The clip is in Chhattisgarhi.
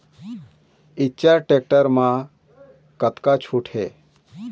इच्चर टेक्टर म कतका छूट हे?